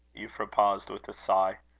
euphra, paused with a sigh.